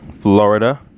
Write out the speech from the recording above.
florida